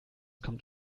kommt